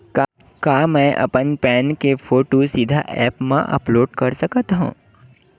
का मैं अपन पैन के फोटू सीधा ऐप मा अपलोड कर सकथव?